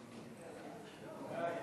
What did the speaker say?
ואחריו,